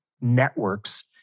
networks